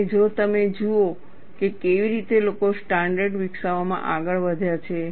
અને જો તમે જુઓ કે કેવી રીતે લોકો સ્ટાન્ડર્ડ વિકસાવવામાં આગળ વધ્યા છે